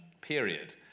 period